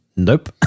Nope